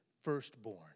firstborn